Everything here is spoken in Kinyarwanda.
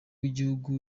w’igihugu